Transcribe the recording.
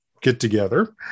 get-together